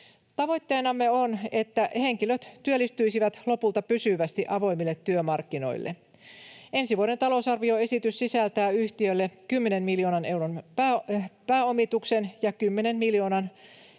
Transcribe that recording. Tavoitteenamme on, että henkilöt työllistyisivät lopulta pysyvästi avoimille työmarkkinoille. Ensi vuoden talousarvioesitys sisältää yhtiölle 10 miljoonan euron pääomituksen ja 10 miljoonan